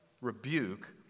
rebuke